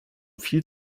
viel